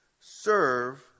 serve